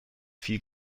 viel